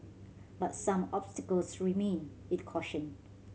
but some obstacles remain it cautioned